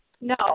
No